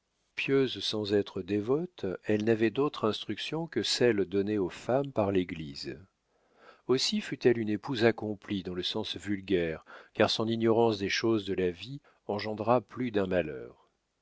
pieuse sans être dévote elle n'avait d'autre instruction que celle donnée aux femmes par l'église aussi fut-elle une épouse accomplie dans le sens vulgaire car son ignorance des choses de la vie engendra plus d'un malheur